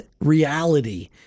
reality